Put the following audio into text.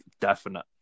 definite